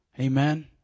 Amen